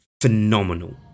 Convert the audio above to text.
Phenomenal